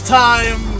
time